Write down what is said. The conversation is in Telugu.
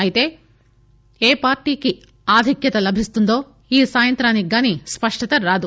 అయితే ఏ పార్టీకి ఆధిక్వత లభిస్తుందో ఈ సాయంత్రానికిగాని స్పష్టత రాదు